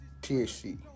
THC